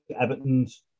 Everton's